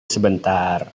sebentar